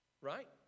Right